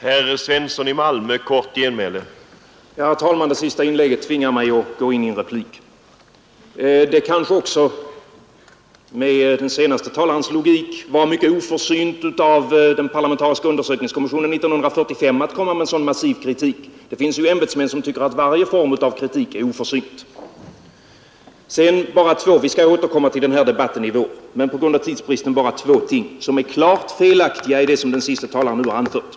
Herr talman! Det senaste inlägget tvingar mig att gå in i en replik. Det kanske också med den senaste talarens logik var mycket oförsynt av den parlamentariska undersökningskommissionen 1945 att komma med en så massiv kritik. Det finns ju ämbetsmän som tycker att varje form av kritik är oförsynt. Vi skall återkomma till den här debatten i vår. Nu skall jag på grund av tidsbristen bara ta upp två ting som är klart felaktiga i det som den senaste talaren har anfört.